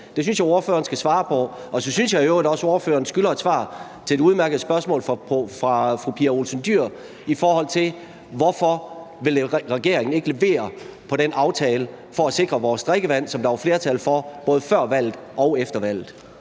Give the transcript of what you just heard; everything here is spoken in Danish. Det synes jeg ordføreren skal svare på. Så synes jeg i øvrigt også, at ordføreren skylder et svar på det udmærkede spørgsmål fra fru Pia Olsen Dyhr om, hvorfor regeringen ikke vil levere på den aftale om at sikre vores drikkevand, som der var flertal for både før og efter valget.